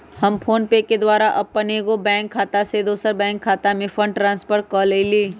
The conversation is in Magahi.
हम फोनपे के द्वारा अप्पन एगो बैंक खता से दोसर बैंक खता में फंड ट्रांसफर क लेइले